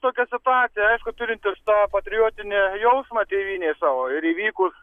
tokia situacija aišku turintis tą patriotinį jausmą tėvynei savo ir įvykus